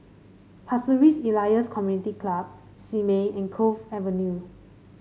Pasir Ris Elias Community Club Simei and Cove Avenue